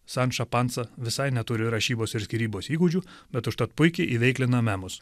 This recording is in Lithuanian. sanča pansa visai neturi rašybos ir skyrybos įgūdžių bet užtat puikiai įveiklina memus